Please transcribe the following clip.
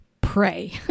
pray